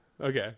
Okay